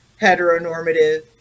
heteronormative